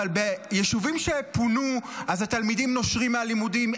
אבל ביישובים שפונו, התלמידים נושרים מהלימודים.